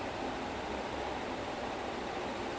T_V one was okay I didn't watch T_V two